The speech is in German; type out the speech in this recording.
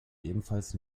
ebenfalls